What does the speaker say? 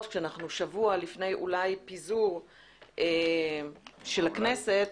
כשאנחנו שבוע לפני אולי פיזור של הכנסת,